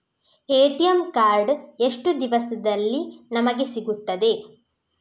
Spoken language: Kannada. ಎ.ಟಿ.ಎಂ ಕಾರ್ಡ್ ಎಷ್ಟು ದಿವಸದಲ್ಲಿ ನಮಗೆ ಸಿಗುತ್ತದೆ?